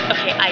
Okay